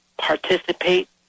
participate